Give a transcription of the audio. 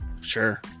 Sure